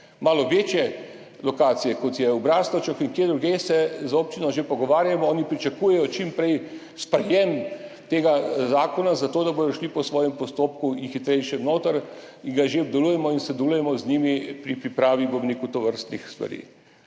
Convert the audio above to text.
malo večje lokacije, kot je v Braslovčah in kje drugje, se z občino že pogovarjamo, oni pričakujejo čim prej sprejetje tega zakona, zato da bodo šli po svojem postopku in hitrejše noter, in ga že obdelujemo in sodelujemo z njimi pri pripravi tovrstnih stvari,